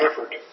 effort